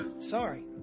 Sorry